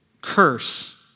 curse